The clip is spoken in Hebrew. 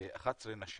11 נשים.